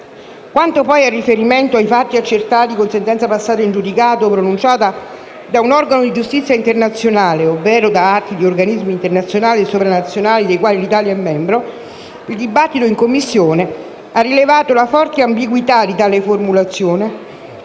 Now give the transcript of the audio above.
Quanto poi al riferimento a «i fatti accertati con sentenza passata in giudicato, pronunciata da un organo di giustizia internazionale, ovvero da atti di organismi internazionali e sovranazionali dei quali l'Italia è membro», il dibattito in Commissione ha rilevato la forte ambiguità di tale formulazione,